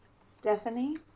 stephanie